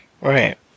right